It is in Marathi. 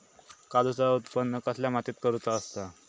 काजूचा उत्त्पन कसल्या मातीत करुचा असता?